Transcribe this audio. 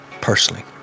personally